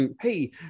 Hey